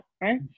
right